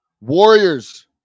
Warriors